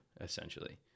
essentially